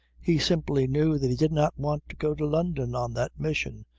he simply knew that he did not want to go to london on that mission.